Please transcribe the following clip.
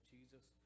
Jesus